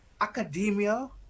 academia